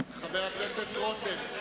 חבר הכנסת רותם,